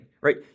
right